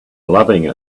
loving